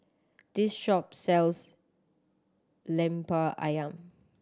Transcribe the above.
this shop sells Lemper Ayam